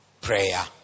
prayer